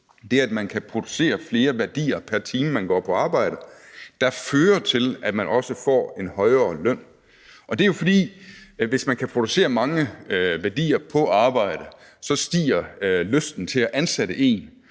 at man kan producere flere værdier pr. time, man går på arbejde – der fører til, at man også får en højere løn. For hvis man kan producere mange værdier på arbejde, stiger lysten til at ansætte en,